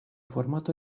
formato